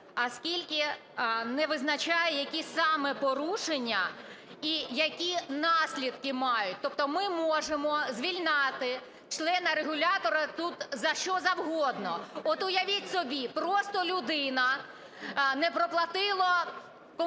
оскільки не визначає, які саме порушення і які наслідки мають. Тобто ми можемо звільняти члена регулятора тут за що завгодно. От уявіть собі, просто людина не проплатила комунальні